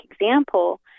example